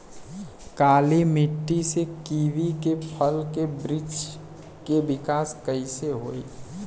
काली मिट्टी में कीवी के फल के बृछ के विकास कइसे होई?